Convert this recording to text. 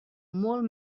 molt